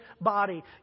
body